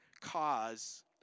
cause